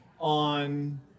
on